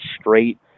straight